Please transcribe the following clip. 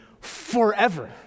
forever